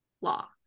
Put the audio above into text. law